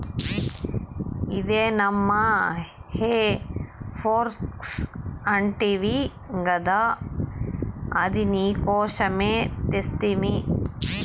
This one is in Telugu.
ఇదే నమ్మా హే ఫోర్క్ అంటివి గదా అది నీకోసమే తెస్తిని